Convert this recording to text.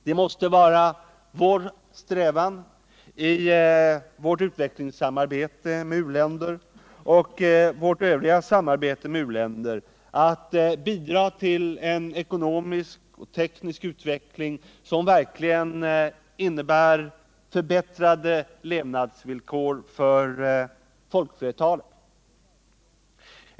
Det måste vara vår strävan i vårt utvecklingssamarbete med u-länder och vårt övriga samarbete med u-länder att bidra till en ekonomisk och teknisk utveckling, som verkligen ger förbättrade levnadsvillkor för folkflertalet.